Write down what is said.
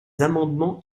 amendements